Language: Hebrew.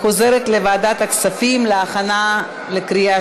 לוועדת הכספים נתקבלה.